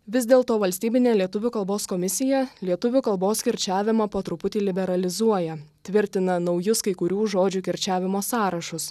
vis dėlto valstybinė lietuvių kalbos komisija lietuvių kalbos kirčiavimą po truputį liberalizuoja tvirtina naujus kai kurių žodžių kirčiavimo sąrašus